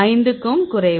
5 க்கும் குறைவு